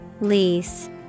Lease